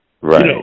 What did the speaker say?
Right